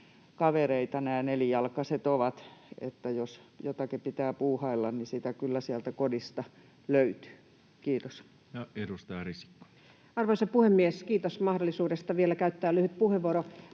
kavereita ovat, eli jos jotakin pitää puuhailla, niin sitä kyllä sieltä kodista löytyy. — Kiitos. Ja edustaja Risikko. Arvoisa puhemies! Kiitos mahdollisuudesta käyttää vielä lyhyt puheenvuoro.